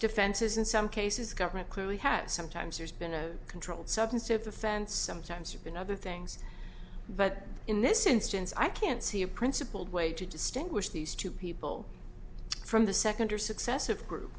defenses in some cases government clearly has sometimes there's been a controlled substance of the fence sometimes have been other things but in this instance i can't see a principled way to distinguish these two people from the second or successive